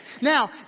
Now